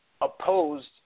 opposed